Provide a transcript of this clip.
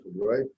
right